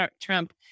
trump